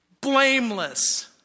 Blameless